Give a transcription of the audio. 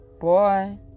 boy